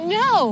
no